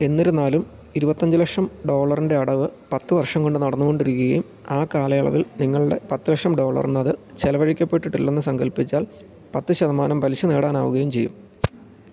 എന്നിരുന്നാലും ഇരുപത്തിയഞ്ച് ലക്ഷം ഡോളറിൻ്റെ അടവ് പത്തു വർഷം കൊണ്ട് നടന്നുകൊണ്ടിരിക്കുകയും ആ കാലയളവിൽ നിങ്ങളുടെ പത്തു ലക്ഷം ഡോളറില്നിന്നതു ചെലവഴിക്കപ്പെട്ടിട്ടില്ലെന്നു സങ്കൽപ്പിച്ചാൽ പത്തു ശതമാനം പലിശ നേടാനാവുകയും ചെയ്യും